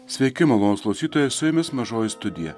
sveiki malonūs klausytojai su jumis mažoji studija